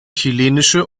chilenische